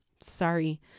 sorry